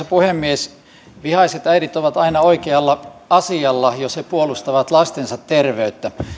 puhemies vihaiset äidit ovat aina oikealla asialla jos he puolustavat lastensa terveyttä